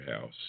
House